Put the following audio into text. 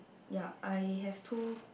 ya I have two